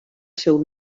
seu